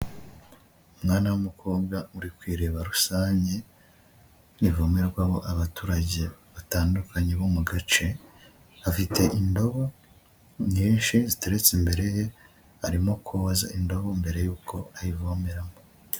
Umwana w'umukobwa uri ku iriba rusange, rivomerwamo abaturage batandukanye bo mu gace, afite indobo nyinshi ziteretse imbere ye, arimo koza indabo mbere y'uko ayivomeramo.